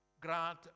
Grant